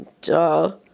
Duh